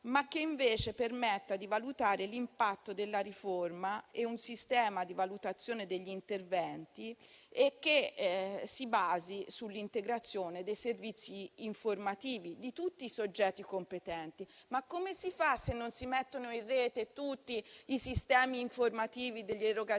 ma che invece permetta di valutare l'impatto della riforma, un sistema di valutazione degli interventi che si basi sull'integrazione dei servizi informativi di tutti i soggetti competenti. Ma come si fa, se non si mettono in rete tutti i sistemi informativi degli erogatori